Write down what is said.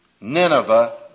Nineveh